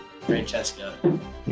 Francesca